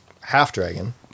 half-dragon